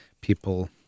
people